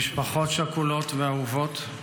משפחות שכולות אהובות,